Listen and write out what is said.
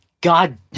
God